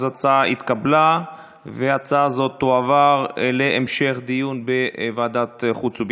ההצעה התקבלה והיא תועבר להמשך דיון בוועדת חוץ וביטחון.